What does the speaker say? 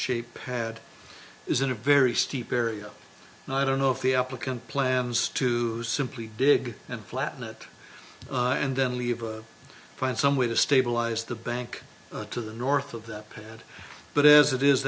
shaped had is in a very steep area and i don't know if the applicant plans to simply dig and flatten it and then leave find some way to stabilize the bank to the north of that pad but as it is